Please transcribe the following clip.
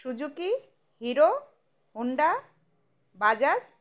Suzuki Hero Honda Bajaj